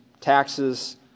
taxes